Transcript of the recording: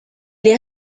est